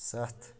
ستھ